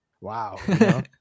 wow